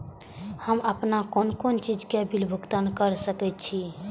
हम आपन कोन कोन चीज के बिल भुगतान कर सके छी?